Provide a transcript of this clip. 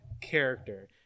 character